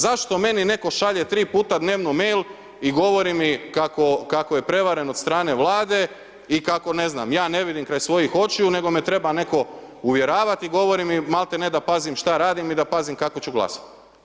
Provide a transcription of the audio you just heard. Zašto meni netko šalje tri puta dnevno mail i govori mi kako je prevaren od strane Vlade i kako ne znam ja ne vidim kraj svojih očiju nego me treba netko uvjeravati i govori mi maltene da pazim što radim i da pazim kako ću glasati?